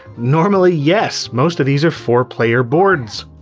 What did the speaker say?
normally, yes, most of these are four player boards.